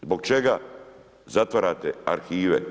Zbog čega zatvarate arhive?